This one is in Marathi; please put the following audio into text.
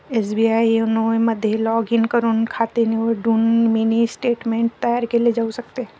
एस.बी.आई योनो मध्ये लॉग इन करून खाते निवडून मिनी स्टेटमेंट तयार केले जाऊ शकते